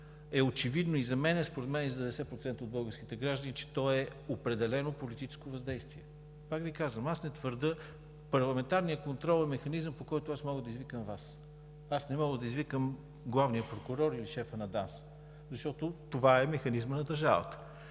е очевидно и за мен, а според мен и за 90% от българските граждани, че то е определено политическо въздействие. Пак Ви казвам, аз не твърдя, че парламентарният контрол е механизъм, по който аз мога да Ви извикам. Не мога да извикам главния прокурор или шефа на ДАНС. Това е механизмът на държавата